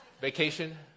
Vacation